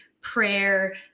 prayer